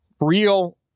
real